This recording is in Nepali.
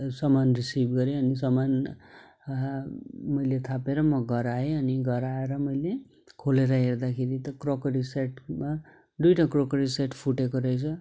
सामान रिसिभ गरेँ अनि सामान मैले थापेर म घर आएँ अनि घर आएर मैले खोलेर हेर्दाखेरि त क्रकरी सेटमा दुइवटा क्रकरी सेट फुटेको रहेछ